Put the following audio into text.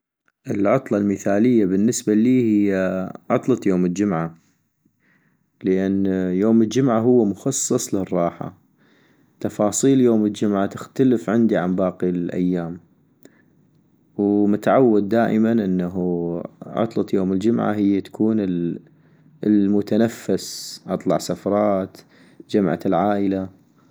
العطلة المثالية بالنسبة إلي هي عطلة يوم الجمعة - لان يوم الجمعة هو مخصص الراحة ، تفاصيل يوم الجمعة تختلف عندي عن باقي الايام ، ومتعود دائما انه عطلة يوم الجمعة تكون هي المتنفس ، اطلع سفرات جمعة العائلة